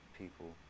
people